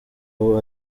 aho